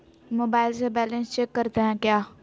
Mobile से balance check करते हैं क्या?